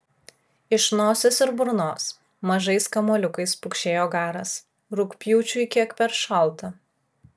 iš nosies ir burnos mažais kamuoliukais pukšėjo garas rugpjūčiui kiek per šalta